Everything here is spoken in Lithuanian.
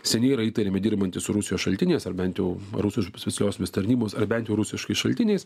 seniai yra įtariami dirbantys su rusijos šaltiniais ar bent jau rusų specialiosiomis tarnybomis ar bent jau rusiškais šaltiniais